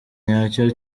nyacyo